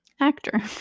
Actor